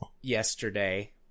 yesterday